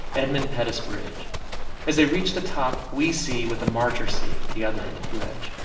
edmund pettus bridge as they reach the top, we see what the marchers see at the other end of the bridge,